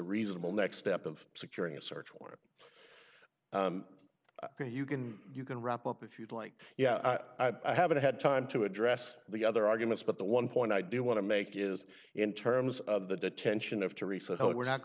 reasonable next step of securing a search warrant for you can you can wrap up if you'd like yeah i haven't had time to address the other arguments but the one point i do want to make is in terms of the detention of to reset it we're not